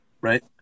Right